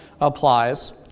applies